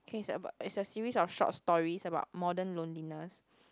okay it's about it's a series of short stories about modern loneliness